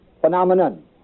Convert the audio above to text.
phenomenon